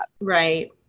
Right